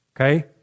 Okay